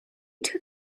took